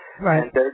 right